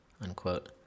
unquote